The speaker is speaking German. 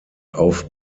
auf